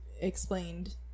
explained